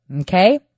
Okay